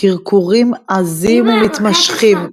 קרקורים עזים ומתמשכים,